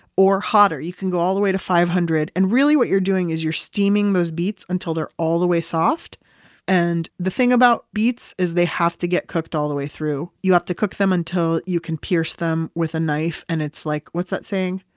or hotter. you can go all the way to five hundred. and really what you're doing is you're steaming those beets until they're all the way soft and the thing about beets is they have to get cooked all the way through. you have to cook them until you can pierce them with a knife. and it's like, what's that saying?